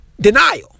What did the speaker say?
denial